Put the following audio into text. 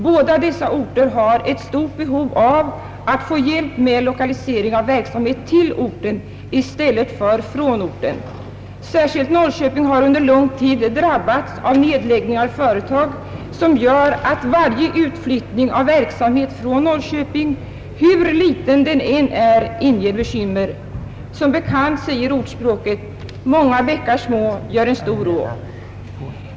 Båda dessa orter har ett stort behov av att få hjälp med lokalisering av verksamhet till orten i stället för från orten. Särskilt Norrköping har under den gångna tiden drabbats av nedläggning av företag som gör att varje utflyttning av verksamhet från Norrköping naturligtvis inger bekymmer. Som bekant säger ordspråket: Många bäckar små gör en stor å.